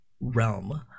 realm